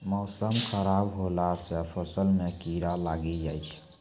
मौसम खराब हौला से फ़सल मे कीड़ा लागी जाय छै?